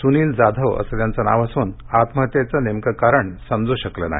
सुनील भीमराव जाधव असं त्यांचं नाव असून आत्महत्येचं नेमकं कारण समजू शकलं नाही